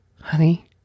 honey